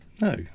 No